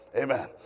Amen